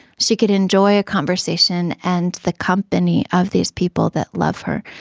she could enjoy a conversation and the company of these people that love her.